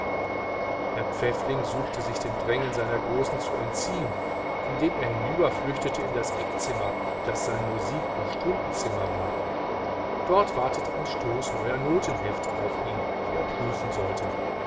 herr pfäffling suchte sich dem drängen seiner großen zu entziehen indem er hinüberflüchtete in das eckzimmer das sein musik und stundenzimmer war dort wartete ein stoß neuer musikalien auf ihn die er prüfen sollte